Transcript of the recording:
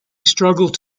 struggled